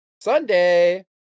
Sunday